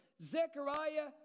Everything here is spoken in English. Zechariah